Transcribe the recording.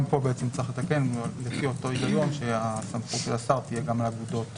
גם פה צריך לתקן לפי אותו היגיון שהסמכות של השר תהיה גם לאגודות